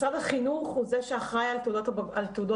משרד החינוך הוא זה שאחראי על תעודות הבגרות.